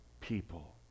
people